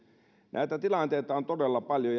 näitä tilanteita on todella paljon